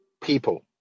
people